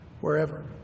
wherever